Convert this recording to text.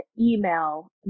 email